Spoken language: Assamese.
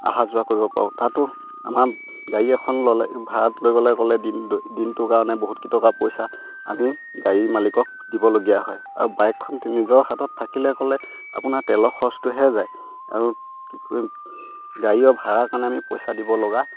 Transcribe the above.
অহা যোৱা কৰিব পাৰোঁ তাতো আমাৰ গাড়ী এখন ল'লে ভাড়াত লৈ গ'লে ক'লে দিন দিনটোৰ কাৰণে বহুত কিটকা পইচা আমি গাড়ী মালিকক দিবলগীয়া হয় আৰু বাইকখন নিজৰ হাতত থাকিলে ক'লে আপোনাৰ তেলৰ খৰচটোহে যায় আৰু গাড়ীও ভাড়া কাৰণে আমি পইচা দিব লগা